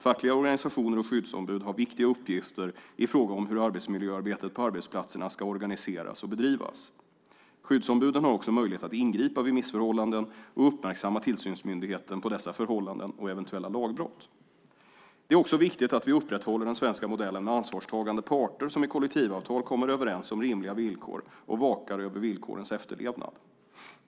Fackliga organisationer och skyddsombud har viktiga uppgifter i fråga om hur arbetsmiljöarbetet på arbetsplatserna ska organiseras och bedrivas. Skyddsombuden har möjlighet att ingripa vid missförhållanden och uppmärksamma tillsynsmyndigheten på dessa förhållanden och eventuella lagbrott. Det är också viktigt att vi upprätthåller den svenska modellen med ansvarstagande parter som i kollektivavtal kommer överens om rimliga villkor och vakar över villkorens efterlevnad.